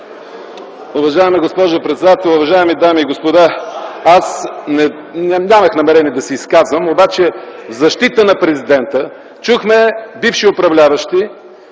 Уважаема госпожо председател, уважаеми дами и господа! Аз нямах намерение да се изказвам, обаче в защита на президента чухме бивши управляващи